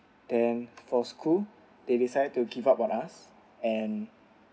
then for school they decided to give up on us and